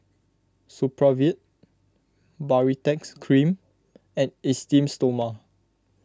Supravit Baritex Cream and Esteem Stoma